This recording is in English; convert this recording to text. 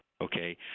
Okay